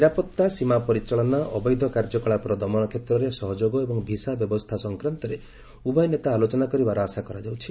ନିରାପତ୍ତା ସୀମା ପରିଚାଳନା ଅବୈଧ କାର୍ଯ୍ୟକଳାପର ଦମନ କ୍ଷେତ୍ରରେ ସହଯୋଗ ଏବଂ ଭିସା ବ୍ୟବସ୍ଥା ସଂକ୍ରାନ୍ତରେ ଉଭୟ ନେତା ଆଲୋଚନା କରିବାର ଆଶା କରାଯାଉଛି